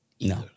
No